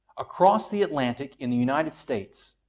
across the atlantic in the united states,